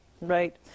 right